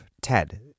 Ted